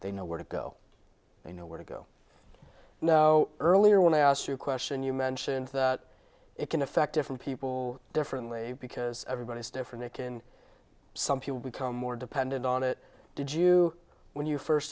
they know where to go you know where to go no earlier when i asked you a question you mentioned it can affect different people differently because everybody is different in some people become more dependent on it did you when you first